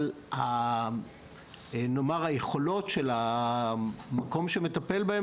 אבל מבחינת היכולות של המקום שמטפל בהם